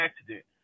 accident